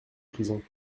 prisons